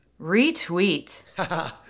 Retweet